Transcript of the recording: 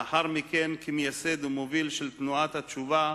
לאחר מכן כמייסד ומוביל של תנועת התשובה,